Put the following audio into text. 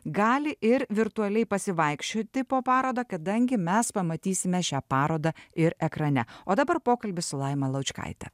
gali ir virtualiai pasivaikščioti po parodą kadangi mes pamatysime šią parodą ir ekrane o dabar pokalbis su laima laučkaite